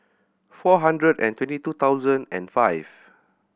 four hundred and twenty two thousand and five